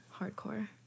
Hardcore